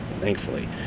thankfully